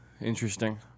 Interesting